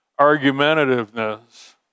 argumentativeness